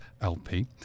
LP